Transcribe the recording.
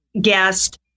guest